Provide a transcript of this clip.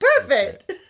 perfect